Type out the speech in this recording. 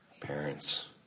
parent's